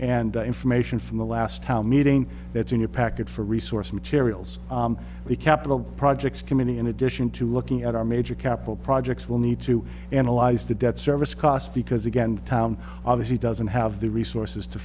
and information from the last how meeting that's in your packet for resource materials the capital projects committee in addition to looking at our major capital projects will need to analyze the debt service cost because again tom obviously doesn't have the resources to